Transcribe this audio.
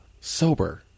sober